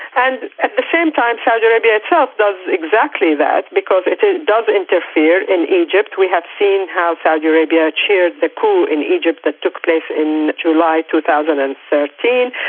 and at the same time saudi arabia itself does exactly that because it does interfere in egypt. we have seen how saudi arabia cheered the coup in egypt that took place in july two thousand and thirteen.